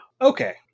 Okay